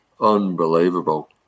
unbelievable